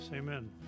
amen